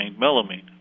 melamine